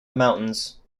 mountains